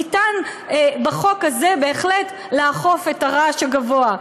ניתן לפי החוק הזה, בהחלט, לאכוף את הרעש הגבוה.